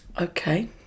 Okay